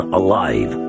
alive